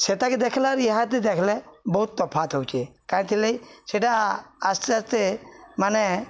ସେଇଟାକି ଦେଖଲେ ରିହାତି ଦେଖଲେ ବହୁତ ତଫାତ ହଉଛେ କାହିଁଥିଲାଗି ସେଇଟା ଆସ୍ତେ ଆସ୍ତେ ମାନେ